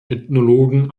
ethnologen